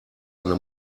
eine